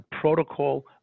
protocol